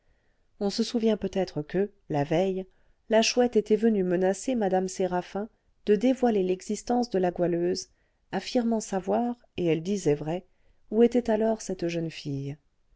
on se souvient peut-être que la veille la chouette était venue menacer mme séraphin de dévoiler l'existence de la goualeuse affirmant savoir et elle disait vrai où était alors cette jeune fille